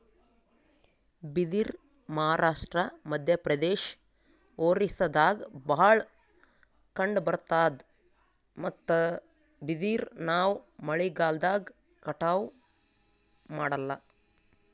ಬಿದಿರ್ ಮಹಾರಾಷ್ಟ್ರ, ಮಧ್ಯಪ್ರದೇಶ್, ಒರಿಸ್ಸಾದಾಗ್ ಭಾಳ್ ಕಂಡಬರ್ತಾದ್ ಮತ್ತ್ ಬಿದಿರ್ ನಾವ್ ಮಳಿಗಾಲ್ದಾಗ್ ಕಟಾವು ಮಾಡಲ್ಲ